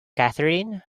catherine